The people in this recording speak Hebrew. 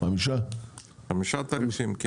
חמישה תעריפים.